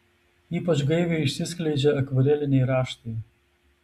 ypač gaiviai išsiskleidžia akvareliniai raštai